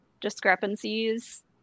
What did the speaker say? discrepancies